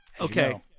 Okay